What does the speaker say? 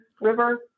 River